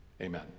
Amen